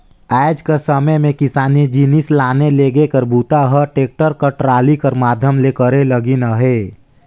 आएज कर समे मे किसानी जिनिस लाने लेगे कर बूता ह टेक्टर कर टराली कर माध्यम ले करे लगिन अहे